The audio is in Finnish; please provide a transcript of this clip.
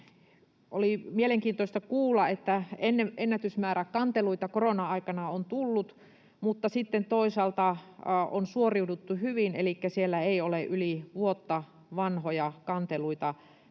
oli mielenkiintoista kuulla, että ennätysmäärä kanteluita korona-aikana on tullut mutta sitten toisaalta on suoriuduttu hyvin elikkä siellä ei ole yli vuotta vanhoja kanteluita